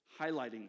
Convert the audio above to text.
highlighting